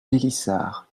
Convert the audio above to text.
pélissard